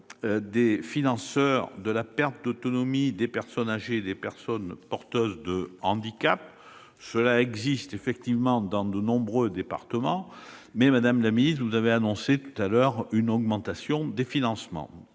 des financeurs de la perte d'autonomie des personnes âgées dépendantes et des personnes porteuses de handicap. Cela existe effectivement dans de nombreux départements, mais Mme la secrétaire d'État a annoncé une augmentation des financements.